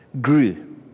grew